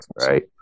right